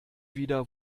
wieder